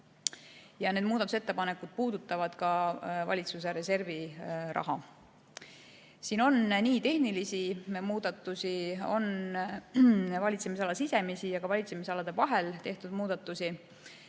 Need muudatusettepanekud puudutavad ka valitsuse reservi raha. Siin on tehnilisi muudatusi, valitsemisala sees ja ka valitsemisalade vahel tehtud muudatusi.